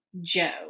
Joe